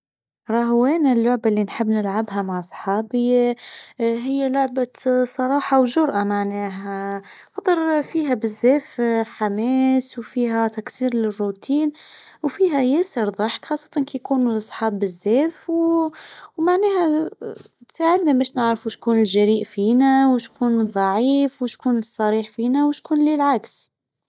راه وين اللعبه اللي نحب نلعبها مع أصحابي هي لعبة صراحه وجراه معناها. فطر فيها بالزاف حماس وفيها تكسير للروتين وفيها ياسر ضحك خاصةً كي نكون صحاب بزاف ومعناها مش نعرف ويشكون الجرئ فينا ويشكون ضعيف وشكون صريح فينا وشكون اللي العكس؟